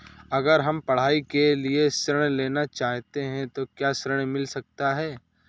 अगर हम पढ़ाई के लिए ऋण लेना चाहते हैं तो क्या ऋण मिल सकता है?